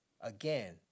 again